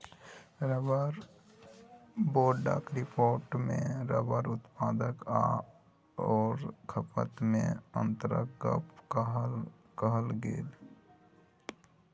rubber बोर्डक रिपोर्टमे rubber उत्पादन आओर खपतमे अन्तरक गप कहल गेल